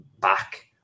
back